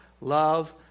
love